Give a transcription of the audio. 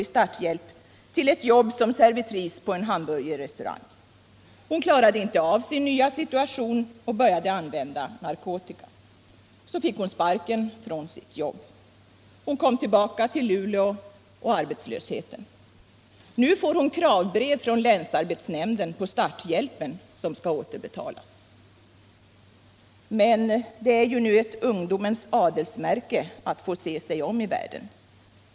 i starthjälp till ett jobb som servitris på en hamburgerrestaurang. Hon klarade inte av sin nya situation och började använda narkotika. Så fick hon sparken från sitt jobb. Hon kom tillbaka till Luleå och arbetslösheten. Nu får hon kravbrev från länsarbetsnämnden på starthjälpen som skall återbetalas. Men det är ju nu ett ungdomens adelsmärke att få se sig om i världen.